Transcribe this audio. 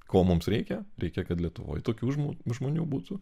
ko mums reikia reikia kad lietuvoj tokių žm žmonių būtų